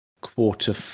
quarter